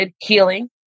healing